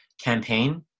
campaign